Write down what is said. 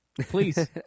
Please